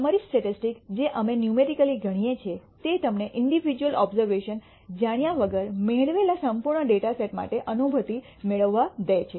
summary statistics જે અમે numerically કરીએ છીએ તે તમને ઇંડીવિડ્યૂઅલ ઓબઝર્વેશન જાણ્યા વગર મેળવેલા સંપૂર્ણ ડેટા સેટ માટે અનુભૂતિ મેળવવા દે છે